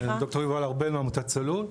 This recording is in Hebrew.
ד"ר יובל ארבל מעמותת "צלול".